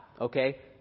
okay